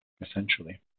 essentially